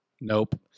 nope